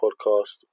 Podcast